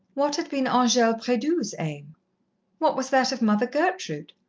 what had been angele predoux's aim what was that of mother gertrude?